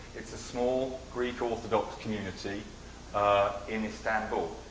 it's a small greek orthodox community in istanbul.